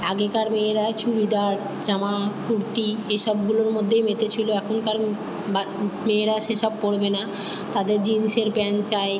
আগেকার মেয়েরা চুড়িদার জামা কুর্তি এসবগুলোর মধ্যেই মেতে ছিল এখনকার মেয়েরা সেসব পরবে না তাদের জিনসের প্যান্ট চাই